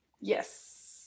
yes